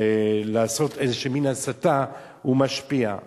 לעשות איזה מין הסתה, הוא משפיע.